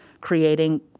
creating